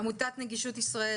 עמותת נגישות ישראל,